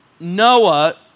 Noah